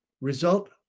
Result